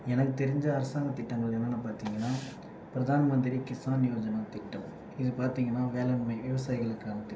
எனக்கு தெரிஞ்ச அரசாங்க திட்டங்கள் என்னன்னனு பார்த்திங்கன்னா பிரதான் மந்திரி கிஸான் யோஜனா திட்டம் இது பார்த்திங்கனா வேளாண்மை விவசாயிகளுக்கான திட்டம்